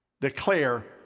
declare